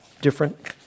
different